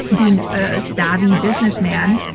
being a savvy businessman,